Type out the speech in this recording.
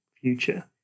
future